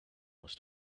must